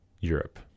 Europe